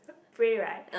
pray right